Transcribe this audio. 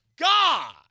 God